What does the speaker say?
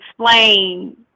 explain